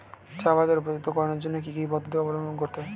চা বাজার উপযুক্ত করানোর জন্য কি কি পদ্ধতি অবলম্বন করতে হয়?